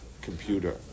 computer